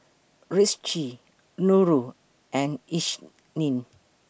Rizqi Nurul and Isnin